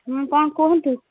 ହଁ କ'ଣ କୁହନ୍ତୁ